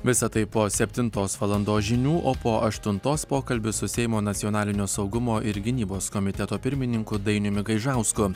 visa tai po septintos valandos žinių o po aštuntos pokalbis su seimo nacionalinio saugumo ir gynybos komiteto pirmininku dainiumi gaižausku